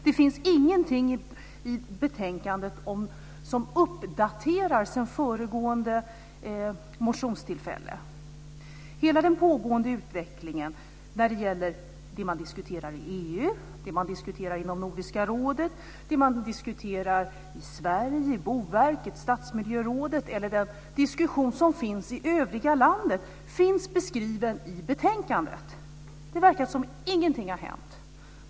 Det har inte gjorts någon uppdatering i betänkandet sedan förra motionstillfället. Ingenting gällande den pågående utvecklingen och det man diskuterar i EU, inom Nordiska rådet, på Boverket och i Stadsmiljörådet eller i övriga Sverige finns beskrivet i betänkandet. Det verkar som om ingenting har hänt.